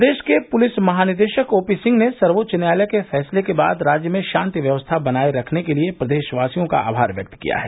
प्रदेश के पुलिस महानिदेशक ओपी सिंह ने सर्वोच्च न्यायालय के फैसले के बाद राज्य में शान्ति व्यवस्था बनाये रखने के लिये प्रदेशवासियों का आभार व्यक्त किया है